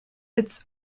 its